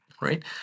right